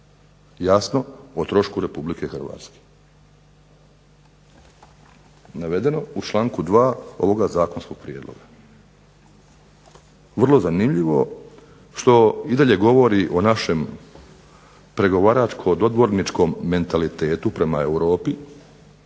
jasno o trošku Republike Hrvatske. Navedeno u članku 2. ovoga Zakonskog prijedloga. Vrlo zanimljivo, što i dalje govori o našem pregovaračko dodvorničko mentalitetu prema Europi,